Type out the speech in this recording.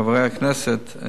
חברי הכנסת,